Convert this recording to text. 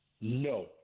No